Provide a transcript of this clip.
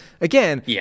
again